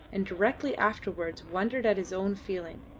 and directly afterwards wondered at his own feeling.